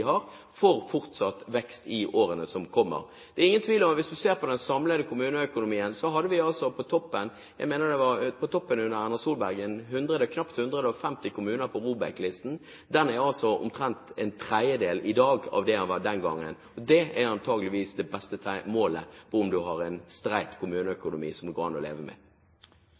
har for fortsatt vekst i årene som kommer. Hvis du ser på den samlede kommuneøkonomien, så mener jeg at vi på toppen under Erna Solberg hadde knapt 150 kommuner på ROBEK-listen. Den er altså omtrent en tredjedel i dag av det den var den gang. Det er antagelig det beste målet på om du har en streit kommuneøkonomi som det går an å leve med.